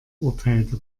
urteilte